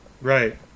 Right